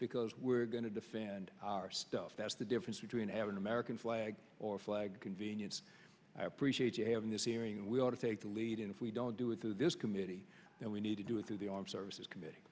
because we're going to defend our stuff that's the difference between having american flags or flag convenience i appreciate you having this hearing and we ought to take the lead and if we don't do it through this committee and we need to do it through the armed services committe